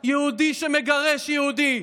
יהודי שמגרש יהודי.